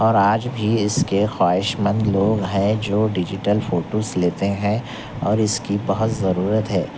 اور آج بھی اس کے خواہشمند لوگ ہیں جو ڈیجٹل فوٹوز لیتے ہیں اور اس کی بہت ضرورت ہے